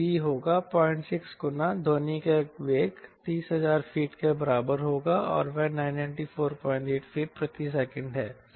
तो V होगा 06 गुना ध्वनि के वेग 30000 फीट के बराबर होगा और वह 9948 फीट प्रति सेकंड है